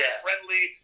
friendly